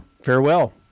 Farewell